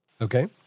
Okay